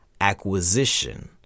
acquisition